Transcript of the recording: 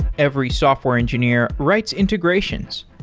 every software engineer writes integrations.